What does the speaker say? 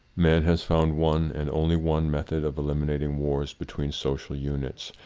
man has found one, and only one, method of eliminating wars between social units,